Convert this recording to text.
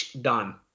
done